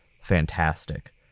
fantastic